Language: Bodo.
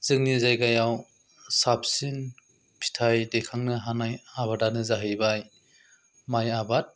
जोंनि जायगायाव साबसिन फिथाइ दिखांनो हानाय आबादानो जाहैबाय माय आबाद